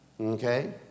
okay